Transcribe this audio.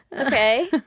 Okay